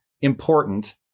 important